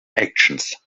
actions